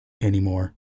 anymore